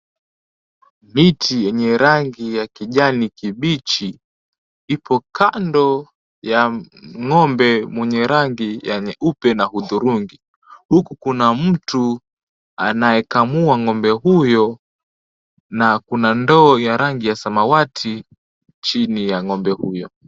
Miti yenye rangi ya kijani kibichi, ipo kando ya ng'ombe mwenye rangi ya nyeupe na udhurungi. Huku kuna mtu anayekamua ng'ombe huyo na kuna ndoo ya rangi ya samawati chini ya ng'ombe huyo.